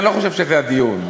אני לא חושב שזה הדיון,